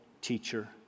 teacher